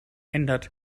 ändert